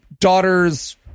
daughter's